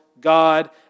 God